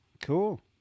cool